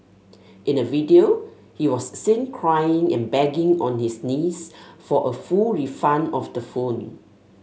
in a video he was seen crying and begging on his knees for a full refund of the phone